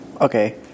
Okay